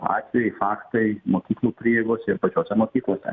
atvejai faktai mokyklų prieigose ir pačiose mokyklose